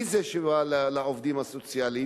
מי אלה שבאים לעובדים הסוציאליים?